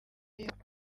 y’epfo